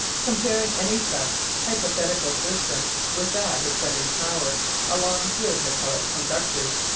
comparing any such hypothetical system with that of sending power along good metallic conductors,